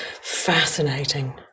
fascinating